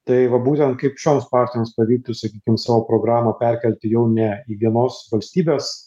tai va būtent kaip šioms partijoms pavyktų sakykim savo programą perkelti jau ne į vienos valstybės